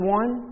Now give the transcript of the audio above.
one